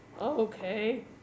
okay